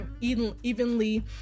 evenly